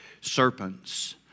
Serpents